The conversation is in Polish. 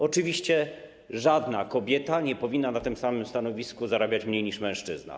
Oczywiście żadna kobieta nie powinna na tym samym stanowisku zarabiać mniej niż mężczyzna.